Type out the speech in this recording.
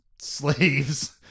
slaves